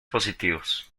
positivos